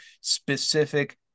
specific